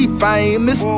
famous